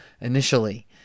initially